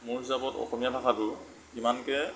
মোৰ হিচাপত অসমীয়া ভাষাটো ইমানকৈ